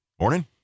Morning